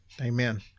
Amen